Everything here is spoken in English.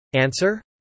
Answer